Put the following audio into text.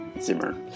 Zimmer